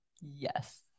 Yes